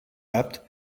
bapt